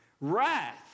Wrath